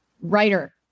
writer